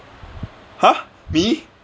!huh! me